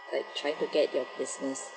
like trying to get their business